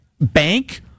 bank